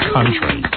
Country